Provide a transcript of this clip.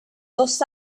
dos